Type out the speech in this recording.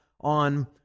on